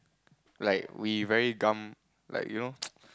like we very gam like you know